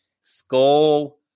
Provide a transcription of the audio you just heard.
skull